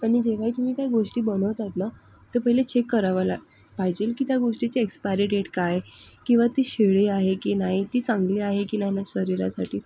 आणि जेव्हाही तुम्ही काही गोष्टी बनवतात ना तर पहिले चेक करायला पाहिजे की त्या गोष्टीची एक्सपायरी डेट काय किवा ती शिळी आहे की नाही ती चांगली आहे की नाही शरीरासाठी